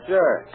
Sure